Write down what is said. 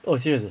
oh serious ah